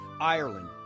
Ireland